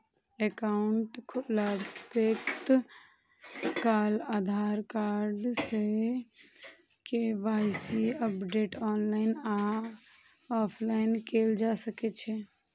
account खोलबैत काल आधार सं के.वाई.सी अपडेट ऑनलाइन आ ऑफलाइन कैल जा सकै छै